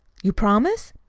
you promise?